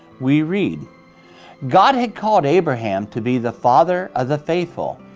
we read god had called abraham to be the father of the faithful,